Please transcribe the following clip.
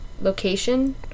location